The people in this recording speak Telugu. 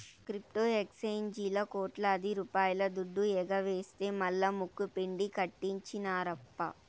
క్రిప్టో ఎక్సేంజీల్లా కోట్లాది రూపాయల దుడ్డు ఎగవేస్తె మల్లా ముక్కుపిండి కట్టించినార్ప